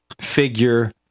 figure